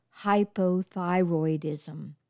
hypothyroidism